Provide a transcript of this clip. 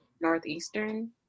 Northeastern